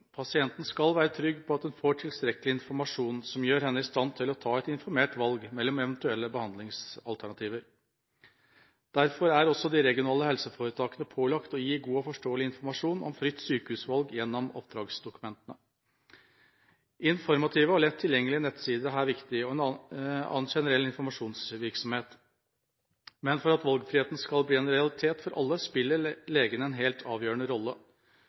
Pasienten skal være trygg på at han/hun får tilstrekkelig informasjon som gjør han/hun i stand til å ta et informert valg mellom eventuelle behandlingsalternativer. Derfor er også de regionale helseforetakene pålagt å gi god og forståelig informasjon om fritt sykehusvalg gjennom oppdragsdokumentene. Informative og lett tilgjengelige nettsider er viktig, og annen generell informasjonsvirksomhet. Men for at valgfriheten skal bli en realitet for alle, spiller legen en helt avgjørende rolle.